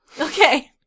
Okay